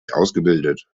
ausgebildet